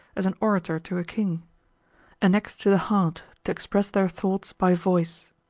as an orator to a king annexed to the heart, to express their thoughts by voice.